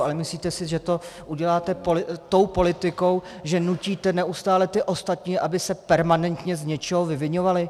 Ale myslíte si, že to uděláte tou politikou, že nutíte neustále ty ostatní, aby se permanentně z něčeho vyviňovali?